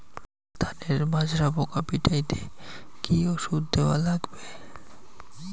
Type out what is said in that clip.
ধানের মাজরা পোকা পিটাইতে কি ওষুধ দেওয়া লাগবে?